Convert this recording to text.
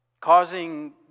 Causing